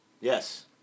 Yes